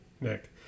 Nick